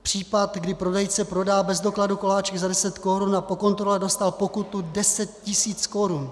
Případ, kdy prodejce prodal bez dokladu koláčky za 10 korun a po kontrole dostal pokutu 10 tisíc korun.